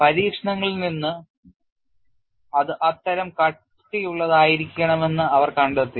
പരീക്ഷണങ്ങളിൽ നിന്ന് അത് അത്തരം കട്ടിയുള്ളതായിരിക്കണമെന്ന് അവർ കണ്ടെത്തി